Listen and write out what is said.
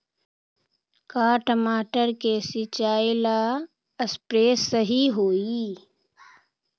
का टमाटर के सिचाई ला सप्रे सही होई?